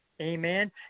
Amen